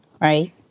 right